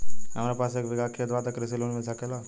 हमरा पास एक बिगहा खेत बा त कृषि लोन मिल सकेला?